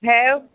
have